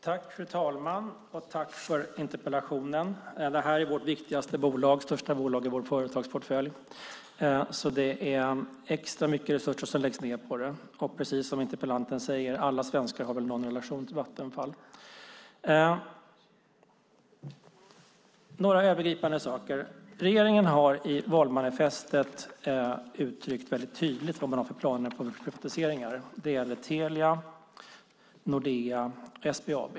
Fru talman! Jag tackar Karin Åström för interpellationen. Vattenfall är det största bolaget i statens företagsportfölj, och därför läggs extra mycket resurser ned på det. Och precis som interpellanten säger har alla svenskar en relation till Vattenfall. Låt mig ta upp några övergripande saker. I valmanifestet har regeringen tydligt uttryckt sina privatiseringsplaner. De företag som är berörda är Telia, Nordea och SBAB.